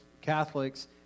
Catholics